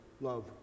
love